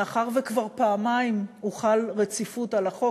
מאחר שכבר פעמיים הוחלה רציפות על החוק,